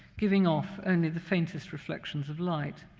giving off only the faintest reflections of light.